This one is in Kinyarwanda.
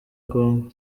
congo